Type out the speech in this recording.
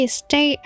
stay